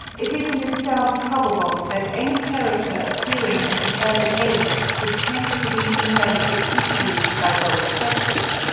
it is in itself probable that any character appearing at an early age would tend to be inherited equally by both sexes,